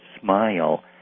smile